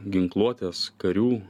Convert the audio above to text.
ginkluotės karių